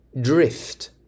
drift